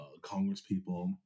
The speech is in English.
congresspeople